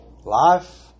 life